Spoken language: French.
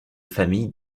familles